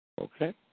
Okay